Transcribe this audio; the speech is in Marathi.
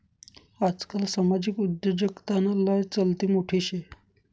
आजकाल सामाजिक उद्योजकताना लय चलती मोठी शे